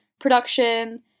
production